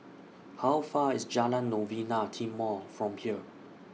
How Far away IS Jalan Novena Timor from here